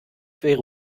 wäre